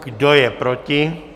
Kdo je proti?